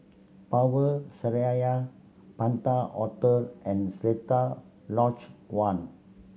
Power Seraya Penta Hotel and Seletar Lodge One